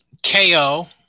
KO